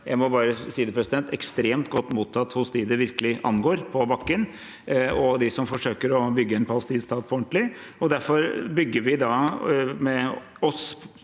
jeg må bare si det, president – ekstremt godt mottatt hos de det virkelig angår, på bakken, og de som forsøker å bygge en palestinsk stat på ordentlig. Derfor bygger vi nettopp